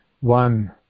one